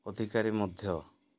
ଅଧିକାରୀ ମଧ୍ୟ